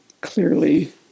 clearly